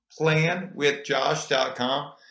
planwithjosh.com